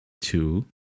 Two